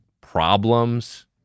Problems